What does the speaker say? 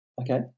Okay